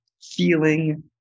feeling